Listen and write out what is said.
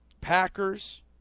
Packers